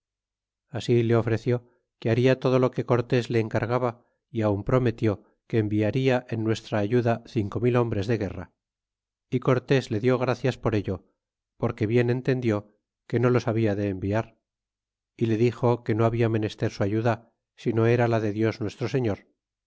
allí le ofreció que liarla todo lo que cortés le encargaba y aun prometió que enviaria en nuestra ayuda cinco mil hombres de guerra e cortés le dió gracias por ello porque bien entendió que no loshabia de enviar é le dixo que no hbia menester su ayuda sino era la de dios nuestro señor